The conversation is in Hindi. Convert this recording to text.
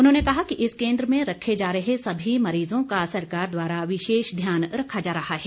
उन्होंने कहा कि इस केंद्र में रखे जा रहे सभी मरीजों का सरकार द्वारा विशेष ध्यान रखा जा रहा है